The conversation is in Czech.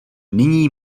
nyní